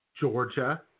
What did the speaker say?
Georgia